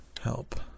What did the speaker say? help